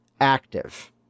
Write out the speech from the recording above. active